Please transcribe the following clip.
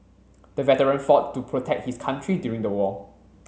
the veteran fought to protect his country during the war